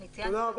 אני ציינתי.